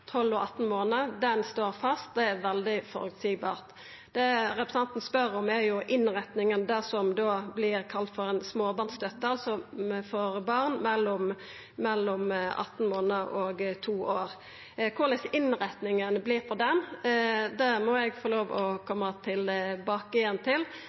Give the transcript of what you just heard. og 18 månader, står fast. Det er veldig føreseieleg. Det representanten spør om, er innretninga på det som vert kalla småbarnsstøtte for barn mellom 18 månader og 2 år. Korleis innretninga vert på den, må eg få lov å koma tilbake til,